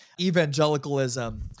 evangelicalism